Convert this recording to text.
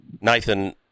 nathan